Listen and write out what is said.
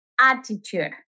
attitude